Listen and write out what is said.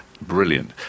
Brilliant